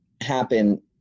happen